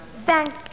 thank